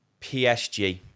PSG